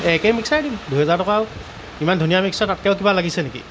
এই একেই মিকছাৰে দিম দুহেজাৰ টকা আৰু ইমান ধুনীয়া মিকছাৰ আৰু তাতকৈ আৰু কিবা লাগিছে নেকি